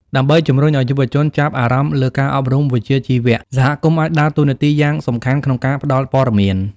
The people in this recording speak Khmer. ដើម្បីជំរុញឱ្យយុវជនចាប់អារម្មណ៍លើការអប់រំវិជ្ជាជីវៈ សហគមន៍អាចដើរតួនាទីយ៉ាងសំខាន់ក្នុងការផ្តល់ព័ត៌មាន។